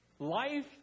Life